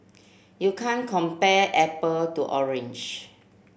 you can't compare apple to orange